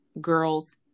girls